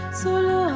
solo